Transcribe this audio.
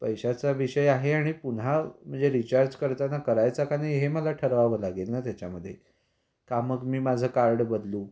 पैशाचा विषय आहे आणि पुन्हा म्हणजे रिचार्ज करताना करायचा का नाही हे मला ठरवावं लागेल ना त्याच्यामध्ये का मग मी माझं कार्ड बदलू